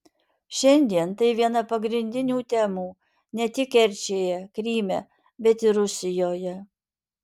šiandien tai viena pagrindinių temų ne tik kerčėje kryme bet ir rusijoje